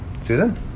Susan